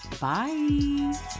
Bye